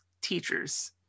teachers